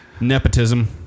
Nepotism